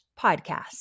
podcast